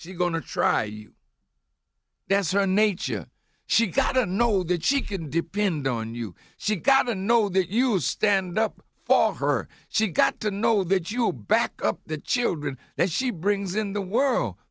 you that's her nature she gotta know that she can depend on you she got to know that you stand up for her she got to know that you back up the children that she brings in the world